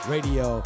Radio